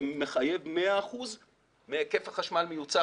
זה מחייב 100 אחוזים מהיקף החשמל המיוצר